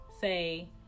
say